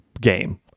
game